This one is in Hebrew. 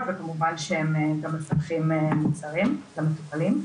וכמובן שהם גם מפתחים מוצרים למטופלים.